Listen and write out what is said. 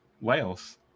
Wales